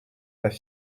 pas